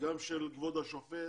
וגם של כבוד השופט